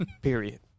Period